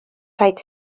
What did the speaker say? rhaid